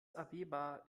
abeba